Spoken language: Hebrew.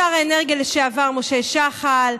שר האנרגיה לשעבר משה שחל,